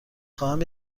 خواهم